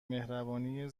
مهربانی